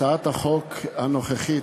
הצעת החוק הנוכחית,